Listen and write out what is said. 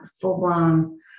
full-blown